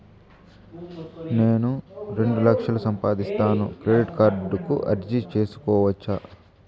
నేను రెండు లక్షలు సంపాదిస్తాను, క్రెడిట్ కార్డుకు అర్జీ సేసుకోవచ్చా?